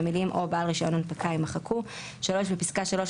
המילים "או בעל רישיון הנפקה" - יימחקו; בפסקה (3),